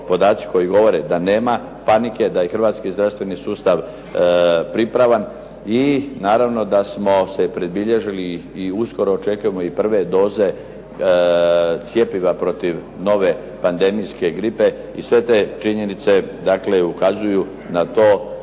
koji govore da nema panike, da je Hrvatski zdravstveni sustav pripravan i naravno da samo se predbilježili i uskoro očekujemo i prve doze cjepiva protiv nove pandemijske gripe i sve te činjenice ukazuju na to